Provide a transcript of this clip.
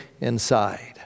inside